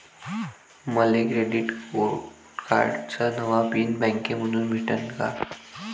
मले क्रेडिट कार्डाचा नवा पिन बँकेमंधून भेटन का?